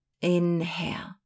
Inhale